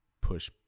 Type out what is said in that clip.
push